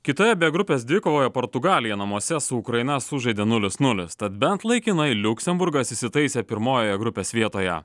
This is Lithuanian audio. kitoje bė grupės dvikovoje portugalija namuose su ukraina sužaidė nulis nulis tad bent laikinai liuksemburgas įsitaisė pirmojoje grupės vietoje